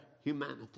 humanity